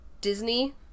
Disney